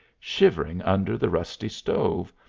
shivering under the rusty stove,